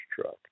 truck